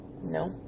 No